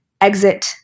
exit